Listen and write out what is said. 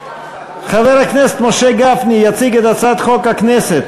חבר הכנסת משה גפני יציג את הצעת חוק הכנסת